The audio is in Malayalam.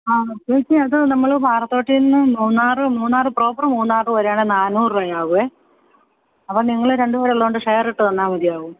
ആ പ്രത്യേകിച്ച് അതു നമ്മള് പാറത്തോട്ടില്നിന്ന് മൂന്നാര് മൂന്നാര് പ്രോപ്പര് മൂന്നാറു വരെയാണെ നാന്നൂറ് രൂപയാകുമേ അപ്പോള് നിങ്ങള് രണ്ടുപേരുള്ളതുകൊണ്ട് ഷേർ ഇട്ടു തന്നാല് മതിയാവും